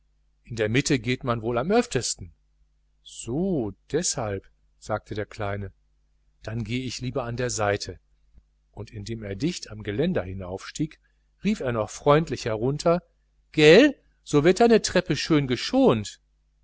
in der mitte geht man wohl am öftesten so deshalb sagte der kleine dann gehe ich lieber an der seite und indem er dicht am geländer hinaufstieg rief er noch freundlich herunter gelt so wird deine treppe schön geschont